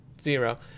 zero